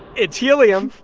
it's helium.